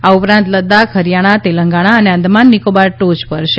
આ ઉપરાંત લદાખ ફરિયાણા તેલંગણા અને આંદામાન નિકોબાર ટોચ પર છે